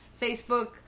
Facebook